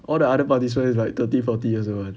all the other parties [one] is like thirty forty years old [one]